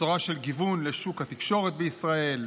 בשורה של גיוון, לשוק התקשורת בישראל,